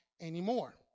anymore